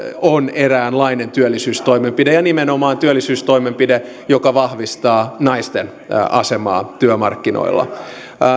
on eräänlainen työllisyystoimenpide ja nimenomaan työllisyystoimenpide joka vahvistaa naisten asemaa työmarkkinoilla